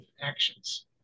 actions